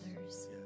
others